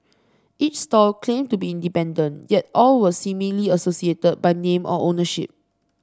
each stall claimed to be independent yet all were seemingly associated by name or ownership